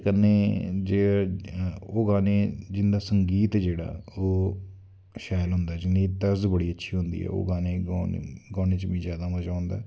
ते कन्नै ओह् गाने जिंदा संगीत जेह्ड़ा ओह् शैल होंदा जिंदे च तर्ज बड़ी अच्छी होंदी ओह् गानें हून गानें च मीं बड़ा मज़ा औंदा